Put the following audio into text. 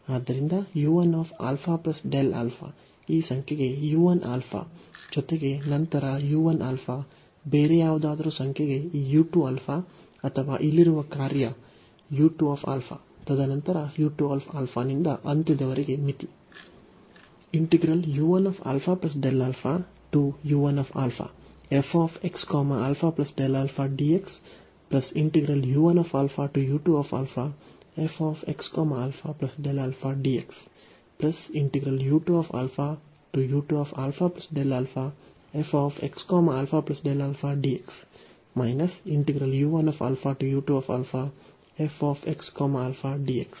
ಆದ್ದರಿಂದ u 1 α α ಈ ಸಂಖ್ಯೆಗೆ u 1 α ಜೊತೆಗೆ ನಂತರ u 1 α ಬೇರೆ ಯಾವುದಾದರೂ ಸಂಖ್ಯೆಗೆ ಈ u 2 α ಅಥವಾ ಇಲ್ಲಿರುವ ಕಾರ್ಯ u 2 α ತದನಂತರ u 2 α ನಿಂದ ಅಂತ್ಯದವರೆಗೆ ಮಿತಿ